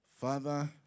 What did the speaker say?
Father